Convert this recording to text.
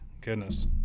goodness